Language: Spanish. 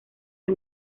que